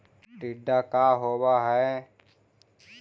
टीडा का होव हैं?